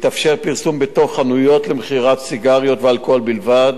יתאפשר פרסום בתוך חנויות למכירת סיגריות ואלכוהול בלבד,